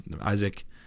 Isaac